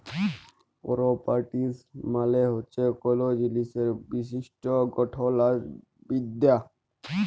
properties মালে হছে কল জিলিসের বৈশিষ্ট গঠল আর বিদ্যা